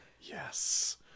Yes